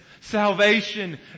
salvation